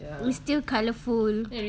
it's still colourful